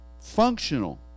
functional